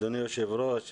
אדוני היושב ראש,